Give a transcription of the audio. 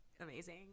amazing